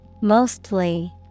Mostly